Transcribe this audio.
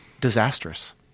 disastrous